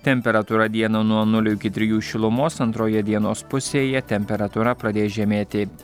temperatūra dieną nuo nulio iki trijų šilumos antroje dienos pusėje temperatūra pradės žemėti